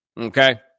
Okay